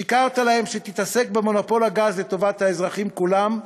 שיקרת להם שתתעסק במונופול הגז לטובת האזרחים כולם,